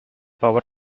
power